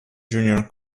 junior